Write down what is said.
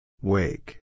Wake